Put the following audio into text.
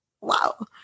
wow